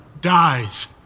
dies